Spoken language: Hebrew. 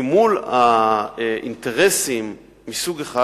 כי מול האינטרסים מסוג אחד,